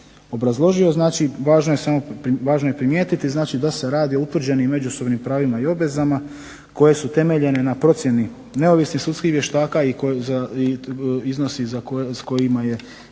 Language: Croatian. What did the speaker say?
obrazložio, znači važno je primijetiti znači da se radi o utvrđenim međusobnim pravima i obvezama koje su temeljene na procjeni neovisnih sudskih vještaka, i iznosi s kojima je i